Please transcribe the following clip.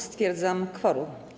Stwierdzam kworum.